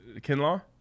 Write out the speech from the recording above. Kinlaw